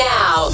Now